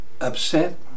upset